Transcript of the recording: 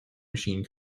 machine